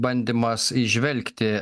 bandymas įžvelgti